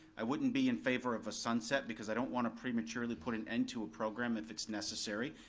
i wouldn't be in favor of a sunset because i don't wanna prematurely put an end to a program if it's necessary.